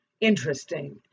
interesting